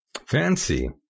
fancy